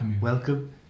Welcome